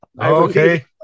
okay